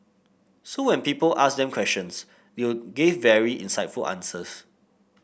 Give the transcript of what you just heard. so when people asked them questions they'll gave very insightful answers